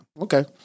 okay